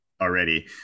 already